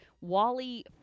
Wally